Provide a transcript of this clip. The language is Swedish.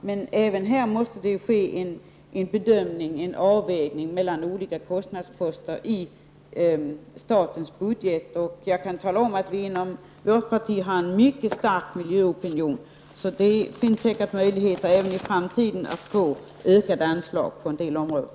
Men även här måste det ske en avvägning mellan olika kostnadsposter i statens budget. Jag kan tala om, att det faktiskt inom vårt parti finns en mycket stark miljöopinion. Det finns säkert möjligheter även i framtiden att få ökade anslag till en del områden.